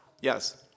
Yes